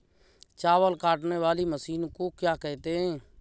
चावल काटने वाली मशीन को क्या कहते हैं?